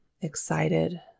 excited